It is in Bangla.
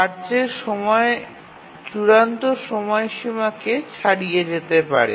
কার্যের সময় চূড়ান্ত সময়সীমাকে ছাড়িয়ে যেতে পারে